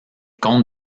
compte